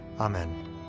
Amen